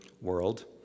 world